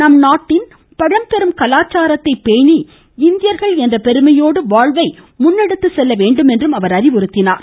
நம்நாட்டின் பழம்பெரும் கலாச்சாரத்தை பேணி இந்தியர்கள் என்ற பெருமையோடு வாழ்வை முன்னெடுத்துச் செல்ல வேண்டும் என்று அறிவுறுத்தினார்